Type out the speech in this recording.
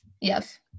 Yes